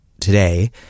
today